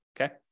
okay